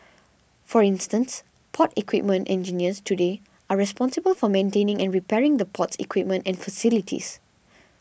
for instance port equipment engineers today are responsible for maintaining and repairing the port's equipment and facilities